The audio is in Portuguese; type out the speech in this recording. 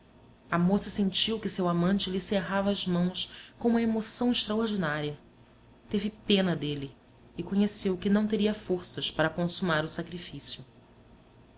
a moça sentiu que seu amante lhe cerrava as mãos com uma emoção extraordinária teve pena dele e conheceu que não teria forças para consumar o sacrifício